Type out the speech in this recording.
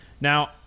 Now